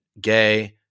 Gay